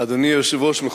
אדוני היושב-ראש,